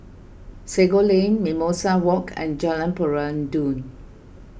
Sago Lane Mimosa Walk and Jalan Peradun